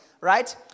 right